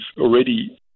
already